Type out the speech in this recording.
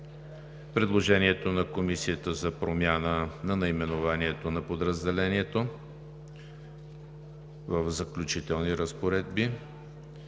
предложението на Комисията за промяна на наименованието на подразделението в „Заключителни разпоредби“;